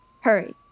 Hurry